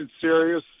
serious